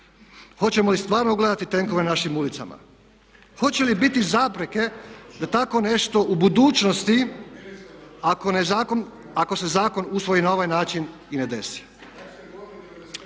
Hoćemo li stvarno gledati tenkove na našim ulicama? Hoće li biti zapreke da tako nešto u budućnosti ako se zakon usvoji na ovaj način i ne desi?